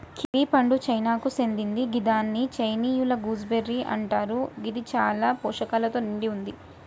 kiwi పండు చైనాకు సేందింది గిదాన్ని చైనీయుల గూస్బెర్రీ అంటరు గిది చాలా పోషకాలతో నిండి వుంది